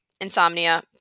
insomnia